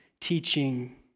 teaching